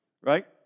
Right